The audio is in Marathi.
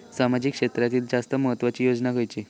सामाजिक क्षेत्रांतील जास्त महत्त्वाची योजना खयची?